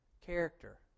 character